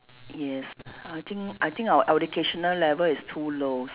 yes I think I think our educational level is too low